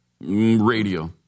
Radio